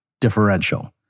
differential